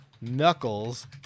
Knuckles